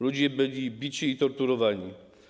Ludzie byli bici i torturowani.